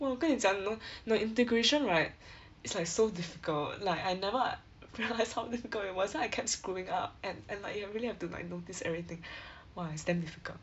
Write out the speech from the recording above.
!wah! 我跟你讲 know know integration right it's like so difficult like I never uh realise how difficult it was then I kept scrolling up and and like ya really have to like notice everything !wah! it's damn difficult